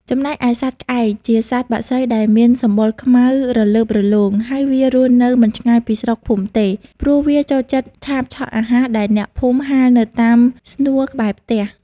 ចំណែកឯសត្វក្អែក ជាសត្វបក្សីដែលមានសម្បុរខ្មៅរលើបរលោង ហើយវារស់នៅមិនឆ្ងាយពីស្រុកភូមិទេ ព្រោះវាចូលចិត្តឆាបឆក់អាហារដែលអ្នកភូមិហាលនៅតាមស្នួរក្បែរផ្ទះ។